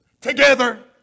Together